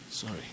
Sorry